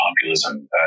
populism